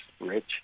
Rich